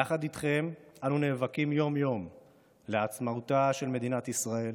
יחד איתכם אנו נאבקים יום-יום לעצמאותה של מדינת ישראל,